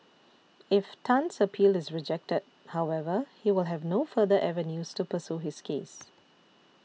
if Tan's appeal is rejected however he will have no further avenues to pursue his case